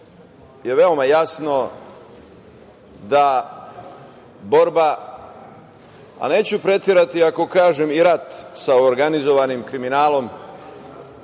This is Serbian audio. je veoma jasno da borba, a neću preterati ako kažem i rat sa organizovanim kriminalom